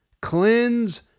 Cleanse